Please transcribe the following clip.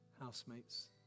housemates